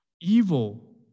Evil